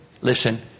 Listen